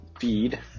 feed